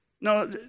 No